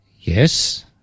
Yes